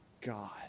God